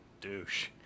douche